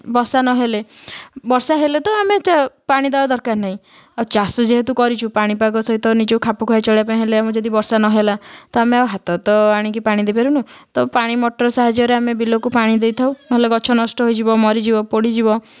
ବଷା ନହେଲେ ବର୍ଷା ହେଲେ ତ ଆମେ ପାଣି ଦବା ଆଉ ଦରକାର ନାହିଁ ଆଉ ଚାଷ ଯେହେତୁ କରିଛୁ ପାଣିପାଗ ସହିତ ନିଜକୁ ଖାପ ଖୁଆଇ ଚଳିବା ପାଇଁ ହେଲେ ଯଦି ବର୍ଷା ନ ହେଲା ତ ଆମେ ଆଉ ହାତରେ ତ ଆଣିକି ପାଣି ଦେଇ ପାରିବୁନି ତ ପାଣି ମୋଟର ସାହାଯ୍ୟରେ ଆମେ ବିଲକୁ ପାଣି ଦେଇଥାଉ ନହେଲେ ଗଛ ନଷ୍ଟ ହେଇଯିବ ମରିଯିବ ପୋଡ଼ିଯିବ